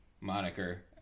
moniker